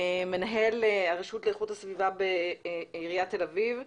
מנהל הרשות לאיכות הסביבה בעיריית תל אביב.